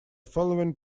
following